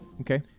okay